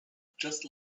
just